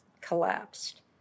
collapsed